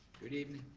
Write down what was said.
good evening.